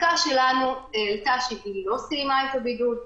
בדיקה שלנו העלתה שהיא לא סיימה את הבידוד.